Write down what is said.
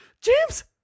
James